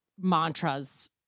mantras